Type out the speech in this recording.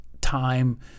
time